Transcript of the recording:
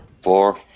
Four